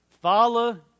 Follow